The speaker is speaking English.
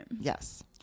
Yes